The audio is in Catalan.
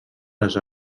les